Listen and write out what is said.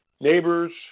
neighbors